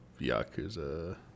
Yakuza